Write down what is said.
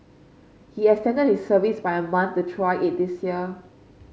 he extended his service by a month to try it this year